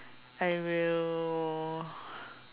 I will